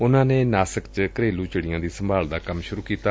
ਉਨੂਾਂ ਨੇ ਨਾਸਿਕ ਚ ਘਰੇਲੁ ਚਿੜੀਆਂ ਦੀ ਸੰਭਾਲ ਦਾ ਕੰਮ ਸ਼ੁਰੁ ਕੀਤਾ